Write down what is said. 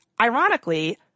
ironically